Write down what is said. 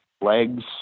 legs